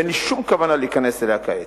ואין לי שום כוונה להיכנס אליה כעת.